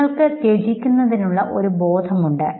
നിങ്ങൾക്ക് ത്യജിക്കുന്നതിനുള്ള ഉള്ള ഒരു ബോധം ഉണ്ട്